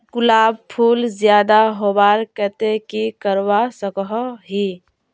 गुलाब फूल ज्यादा होबार केते की करवा सकोहो ही?